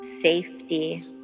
Safety